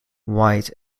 white